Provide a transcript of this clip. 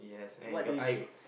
what do you say